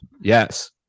yes